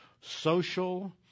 social